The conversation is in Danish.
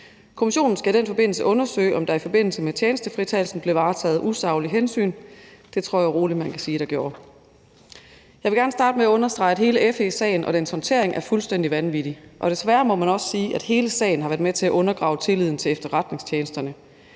Kommissionen skal i den forbindelse undersøge, om der i forbindelse med tjenestefritagelsen blev varetaget usaglige hensyn. Det tror jeg roligt man kan sige der gjorde. Jeg vil gerne starte med at understrege, at hele FE-sagen og dens håndtering er fuldstændig vanvittig, og desværre må man også sige, at hele sagen har været med til at undergrave tilliden til efterretningstjenesterne.